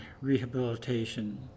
rehabilitation